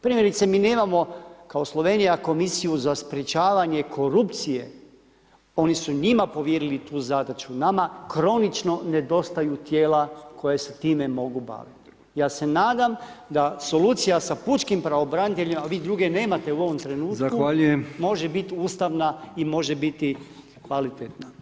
Primjerice, mi nemamo kao Slovenija komisiju za sprječavanje korupcije, oni su njima povjerili tu zadaću, nama kronično nedostaju koja se time mogu baviti, ja se nadam da solucija sa pučkim pravobraniteljima, a vi druge nemate u ovom trenutku može biti ustavna i može biti kvalitetna.